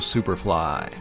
Superfly